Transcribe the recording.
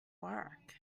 work